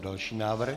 Další návrh.